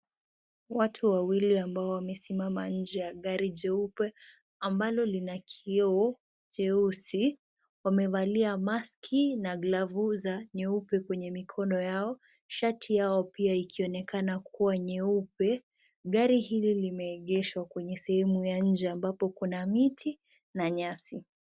Watu wawili ambao wamesimama nje ya gari jeupe amabalo lina kioo jeusi, wamevalia maski na glavu za nyeupe kwenye mikono yao, shati yao pia ikionekana kuwa nyeupe. Gari hili limeegeshwa kwenye sehemu ya nje ambapo kuna miti na nyasi.